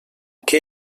que